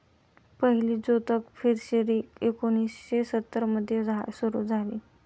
पहिली जोतक फिशरी एकोणीशे सत्तर मध्ये सुरू झाली